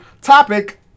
topic